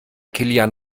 kilian